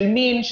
של מין,